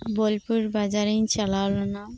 ᱵᱳᱞᱯᱩᱨ ᱵᱟᱡᱟᱨᱤᱧ ᱪᱟᱞᱟᱣ ᱞᱮᱱᱟ